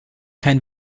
kein